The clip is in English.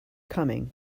coming